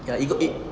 ya you got it